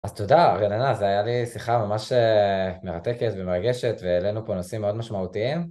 אז תודה רננה, זו הייתה לי שיחה ממש מרתקת ומרגשת והעלינו פה נושאים מאוד משמעותיים.